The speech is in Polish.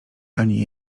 ani